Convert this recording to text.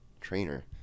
trainer